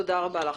תודה רבה לך.